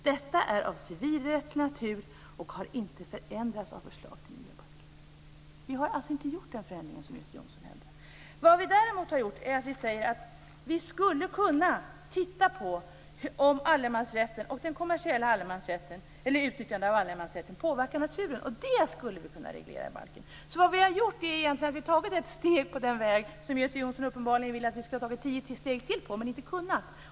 Detta är av civilrättslig natur och har inte förändrats av förslaget till miljöbalk. Vi har alltså inte gjort den förändring som Göte Vad vi däremot har gjort är att säga att vi skulle kunna titta på om allemansrätten och utnyttjande av allemansrätten påverkar naturen. Det skulle vi kunna reglera i balken. Vi har egentligen tagit ett steg på den väg som Göte Jonsson uppenbarligen vill att vi skulle ha tagit ett steg till på men inte kunnat.